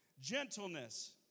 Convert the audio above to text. Gentleness